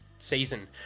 season